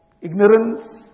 ignorance